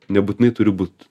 nebūtinai turiu būt